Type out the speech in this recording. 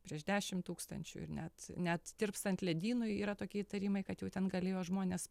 prieš dešim tūkstančių ir net net tirpstant ledynui yra tokie įtarimai kad jau ten galėjo žmonės